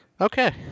Okay